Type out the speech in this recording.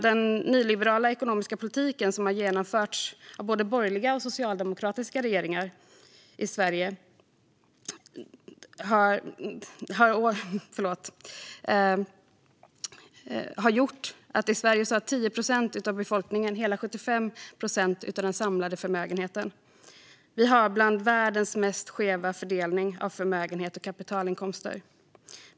Den nyliberala ekonomiska politiken, som har genomförts av både borgerliga och socialdemokratiska regeringar, har gjort att 10 procent av befolkningen i Sverige har hela 75 procent av den samlade förmögenheten. Vi har en av världens mest skeva fördelningar av förmögenhet och kapitalinkomster.